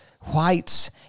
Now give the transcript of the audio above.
whites